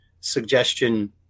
suggestion